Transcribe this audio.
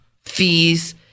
fees